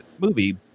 movie